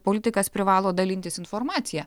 politikas privalo dalintis informacija